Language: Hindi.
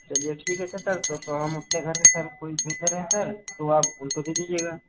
चलिए ठीक है सर सर हम उसका घर से सर कोई आता है तो आप उसको दे दीजिएगा